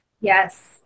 Yes